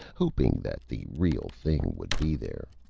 hoping that the real thing would be there.